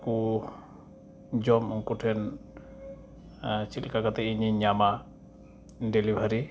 ᱚᱱᱟᱠᱚ ᱡᱚᱢ ᱩᱝᱠᱩ ᱴᱷᱮᱱ ᱪᱮᱫ ᱞᱮᱠᱟ ᱠᱟᱛᱮᱫ ᱤᱧᱤᱧ ᱧᱟᱢᱟ ᱰᱮᱞᱤᱵᱷᱟᱨᱤ